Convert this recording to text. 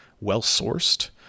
well-sourced